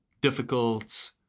difficult